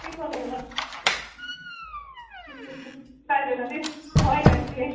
কী করবো বল তাই জন্যে তে ভয় লাগছে